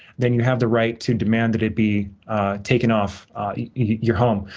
then you have the right to demand that it be taken off your home.